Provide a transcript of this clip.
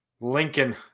Lincoln